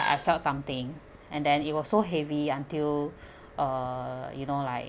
I felt something and then it was so heavy until uh you know like